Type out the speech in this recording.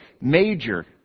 major